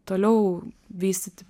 toliau vystyti